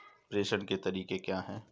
प्रेषण के तरीके क्या हैं?